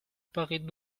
paraît